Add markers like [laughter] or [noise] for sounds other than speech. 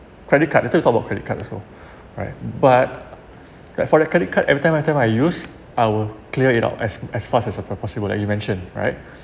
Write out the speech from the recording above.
credit card later we talk about credit card also [breath] right but like for the credit card every time after I use I will clear it out as as fast as a po~ possible like you mentioned right